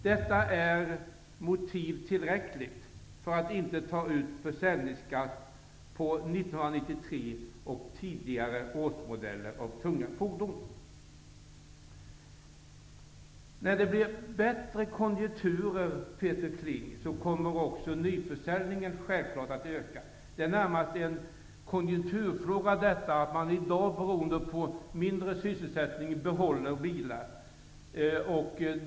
Detta är tillräckligt motiv för att inte ta ut försäljningsskatt på 1993 års och tidigare års årsmodeller av tunga fordon. När det blir bättre konjunkturer, Peter Kling, kommer självfallet också nyförsäljningen att öka. Det är närmast en konjunkturfråga att man i dag på grund av den lägre sysselsättningsgraden i större utsträckning behåller sina bilar.